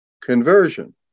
conversion